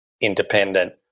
independent